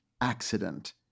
accident